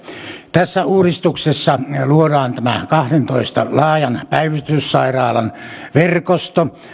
tässä uudistuksessa luodaan tämä kahdentoista laajan päivystyssairaalan verkosto